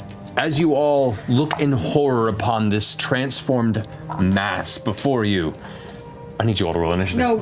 as you all look in horror upon this transformed mass before you, i need you all to roll initiative.